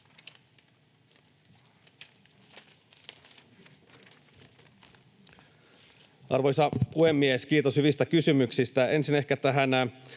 Arvoisa puhemies! Kiitos hyvistä kysymyksistä. Ensin ehkä tähän